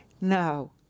No